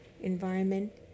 environment